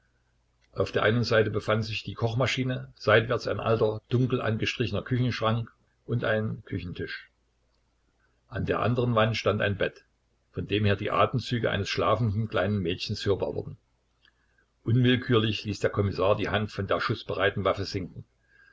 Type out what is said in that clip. auf der einen seite befand sich die kochmaschine seitwärts ein alter dunkelangestrichener küchenschrank und ein küchentisch an der anderen wand stand ein bett von dem her die atemzüge eines schlafenden kleinen mädchens hörbar wurden unwillkürlich ließ der kommissar die hand von der schußbereiten waffe sinken